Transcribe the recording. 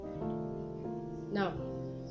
Now